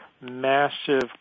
massive